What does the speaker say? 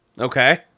Okay